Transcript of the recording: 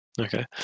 Okay